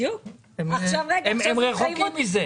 הם רחוקים מזה.